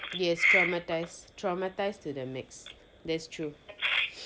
yes traumatize traumatized to the max that's true